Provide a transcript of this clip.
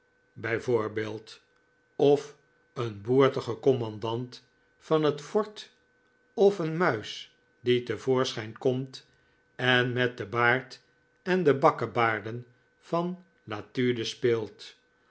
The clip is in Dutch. bijvoorbeeld of een boertigen commandant van het fort of een muis die te voorschijn komt en met den baard en de bakkebaarden van latude speelt